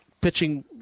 pitching